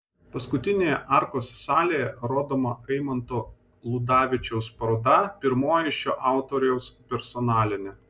paskutinėje arkos salėje rodoma eimanto ludavičiaus paroda pirmoji šio autoriaus personalinė